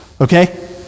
Okay